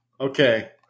Okay